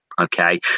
okay